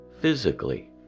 physically